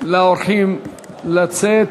לאורחים לצאת.